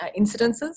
incidences